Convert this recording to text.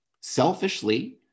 Selfishly